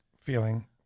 feeling